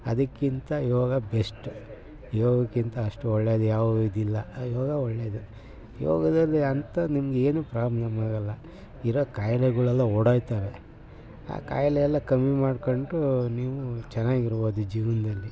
ಅದಕ್ಕಿಂತ ಯೋಗ ಬೆಸ್ಟು ಯೋಗಕ್ಕಿಂತ ಅಷ್ಟು ಒಳ್ಳೆಯದ್ಯಾವುದಿಲ್ಲ ಆದರೆ ಯೋಗ ಒಳ್ಳೆಯದೇ ಯೋಗದಲ್ಲಿ ಅಂತ ನಿಮಗೇನು ಪ್ರಾಬ್ಲಮ್ಮಾಗಲ್ಲ ಇರೋ ಕಾಯಿಲೆಗಳೆಲ್ಲ ಓಡೋಗ್ತವೆ ಆ ಕಾಯಿಲೆ ಎಲ್ಲ ಕಮ್ಮಿ ಮಾಡ್ಕೊಂಡು ನೀವು ಚೆನ್ನಾಗಿರ್ಬೋದು ಜೀವನದಲ್ಲಿ